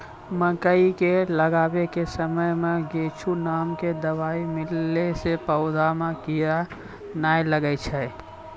मकई के लगाबै के समय मे गोचु नाम के दवाई मिलैला से पौधा मे कीड़ा नैय लागै छै?